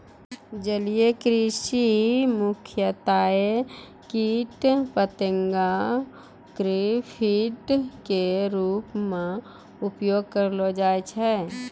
जलीय कृषि मॅ मुख्यतया कीट पतंगा कॅ फीड के रूप मॅ उपयोग करलो जाय छै